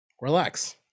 Relax